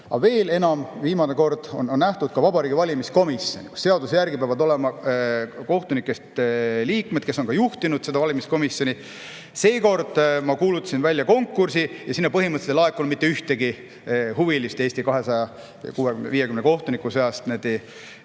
ja veel enam, viimane kord ka Vabariigi Valimiskomisjoni, kus seaduse järgi peavad olema kohtunikest liikmed. Osa neist ka juhtinud valimiskomisjoni. Seekord ma kuulutasin välja konkursi ja sinna põhimõtteliselt ei laekunud mitte ühtegi huvilist Eesti 250 kohtuniku seast.